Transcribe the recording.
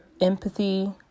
empathy